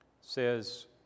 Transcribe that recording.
says